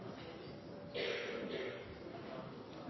er